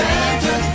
Santa